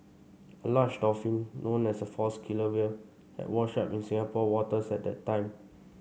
a large dolphin known as a false killer whale had washed up in Singapore waters at that time